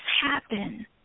happen